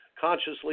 consciously